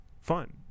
fun